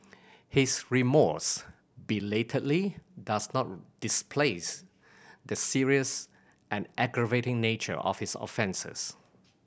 his remorse belatedly does not displace the serious and aggravating nature of his offences